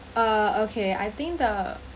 uh okay I think